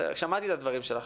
שמעתי את הדברים שלך.